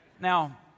Now